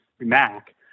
Mac